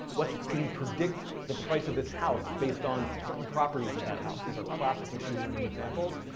what's, can you predict the price of this house based on certain properties of that house? these are classic machine learning examples.